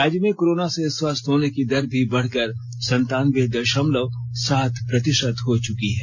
राज्य में कोरोना से स्वस्थ होने की दर भी बढ़कर संतान्बे दशमलव सात प्रतिशत हो चुकी है